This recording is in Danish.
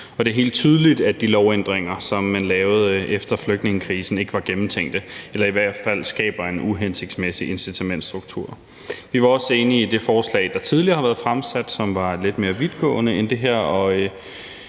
Og det er helt tydeligt, at de lovændringer, som man lavede efter flygtningekrisen, ikke var gennemtænkte – i hvert fald skaber de en uhensigtsmæssig incitamentsstruktur. Vi var også enige i det forslag, der tidligere blev fremsat, og som var lidt mere vidtgående end det her,